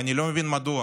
אני לא מבין מדוע,